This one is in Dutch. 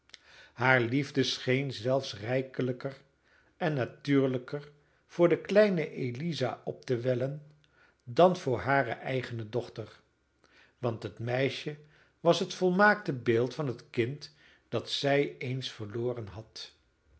haar liefde scheen zelfs rijkelijker en natuurlijker voor de kleine eliza op te wellen dan voor hare eigene dochter want het meisje was het volmaakte beeld van het kind dat zij eens verloren had